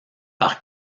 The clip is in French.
par